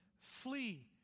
flee